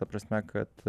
ta prasme kad